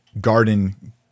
garden